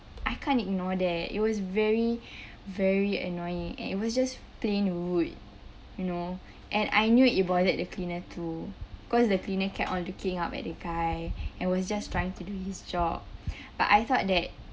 I can't ignore that it was very very annoying and it was just plain rude you know and I knew it bothered the cleaner too cause the cleaner kept on looking up at the guy and was just trying to do his job but I thought that